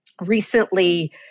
recently